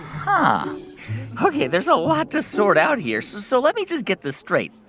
um ah ok, there's a lot to sort out here, so let me just get this straight.